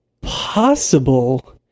possible